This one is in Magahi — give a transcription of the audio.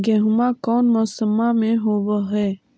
गेहूमा कौन मौसम में होब है?